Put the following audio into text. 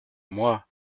moi